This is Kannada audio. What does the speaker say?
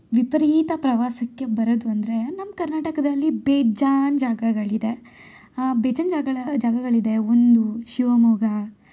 ವಿಪರೀತ ಪ್ರವಾಸಕ್ಕೆ ಬರೋದು ಅಂದರೆ ನಮ್ಮ ಕರ್ನಾಟಕದಲ್ಲಿ ಬೇಜಾನ್ ಜಾಗಗಳಿದೆ ಬೇಜಾನ್ ಜಾಗಗಳ ಜಾಗಗಳಿದೆ ಒಂದು ಶಿವಮೊಗ್ಗ